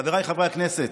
חבריי חברי הכנסת,